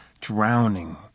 drowning